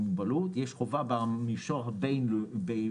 מוגבלות יש חובה בדבר המישור הבין-לאומי,